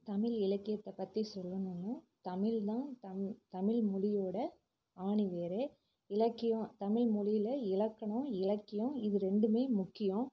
தமிழ் இலக்கியத்தை பற்றி சொல்லணும்னா தமிழ் தான் தம் தமிழ்மொழியோட ஆணிவேரே இலக்கியம் தமிழ்மொழியில் இலக்கணம் இலக்கியம் இது ரெண்டுமே முக்கியம்